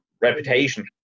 reputation